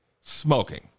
smoking